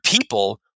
people